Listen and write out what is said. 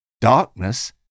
Darkness